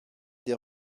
des